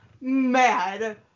mad